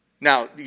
Now